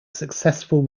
successful